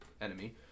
enemy